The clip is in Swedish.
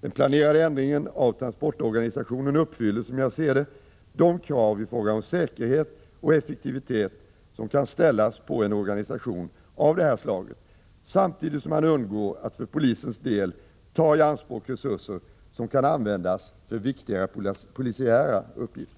Den planerade ändringen av transportorganisationen uppfyller som jag ser det de krav i fråga om säkerhet och effektivitet som kan ställas på en organisation av det här slaget samtidigt som man undgår att för polisens del ta i anspråk resurser som kan användas för viktigare polisiära uppgifter.